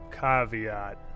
caveat